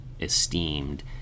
esteemed